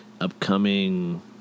upcoming